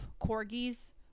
corgis